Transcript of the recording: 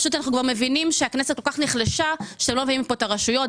אנחנו מבינים שהכנסת כל כך נחלשה שאתם לא מביאים לפה את הרשויות.